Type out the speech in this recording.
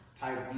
type